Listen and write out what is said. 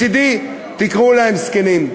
מצדי תקראו להם זקנים,